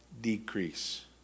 decrease